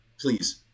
please